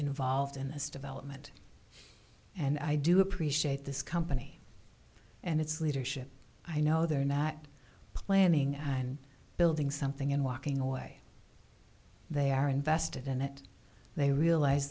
involved in this development and i do appreciate this company and its leadership i know they're not planning on building something and walking away they are invested in it they realize